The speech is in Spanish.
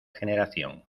generación